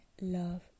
love